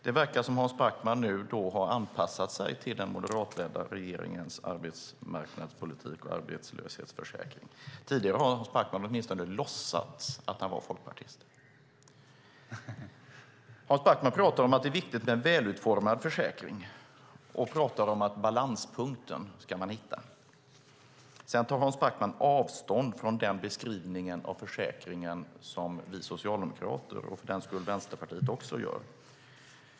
Det verkar som om Hans Backman nu har anpassat sig till den moderatledda regeringens arbetsmarknadspolitik och arbetslöshetsförsäkringen. Tidigare har Hans Backman åtminstone låtsats att han var folkpartist. Hans Backman pratar om att det är viktigt med en välutformad försäkring. Han pratar om att man ska hitta balanspunkten. Sedan tar Hans Backman avstånd från den beskrivning av försäkringen som vi socialdemokrater, och även Vänsterpartiet, gör.